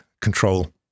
control